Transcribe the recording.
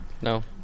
No